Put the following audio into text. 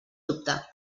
dubte